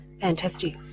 fantastic